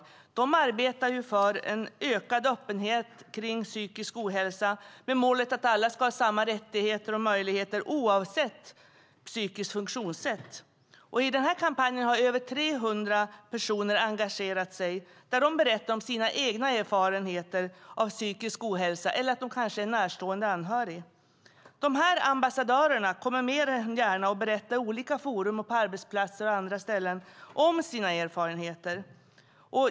Hjärnkoll arbetar för ökad öppenhet kring psykisk ohälsa med målet att alla ska ha samma rättigheter och möjligheter oavsett psykiskt funktionssätt. I denna kampanj har över 300 personer engagerat sig och berättar om sina egna erfarenheter av psykisk ohälsa eller att vara närstående anhörig. Dessa ambassadörer kommer mer än gärna och berättar i olika forum, på arbetsplatser och andra ställen om sina erfarenheter.